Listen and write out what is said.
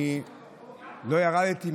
אני לא ירדתי,